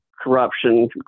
corruption